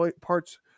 parts